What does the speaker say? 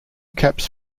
caps